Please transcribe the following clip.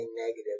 negative